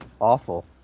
awful